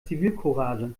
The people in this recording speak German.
zivilcourage